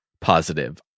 positive